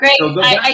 great